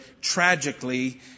tragically